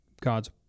God's